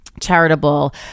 Charitable